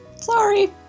sorry